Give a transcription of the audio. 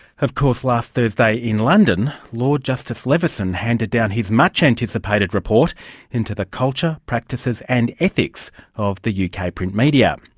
of course, last thursday in london, lord justice leveson handed down his much anticipated report into the culture, practices and ethics of the uk print media.